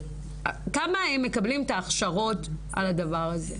כמה הם מקבלים את ההכשרות על הדבר הזה?